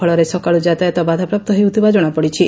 ଫଳରେ ସକାଳୁ ଯାତାୟାତ ବାଧାପ୍ରାପ୍ତ ହେଉଥିବା କଣାପଡିଛି